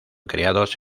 criados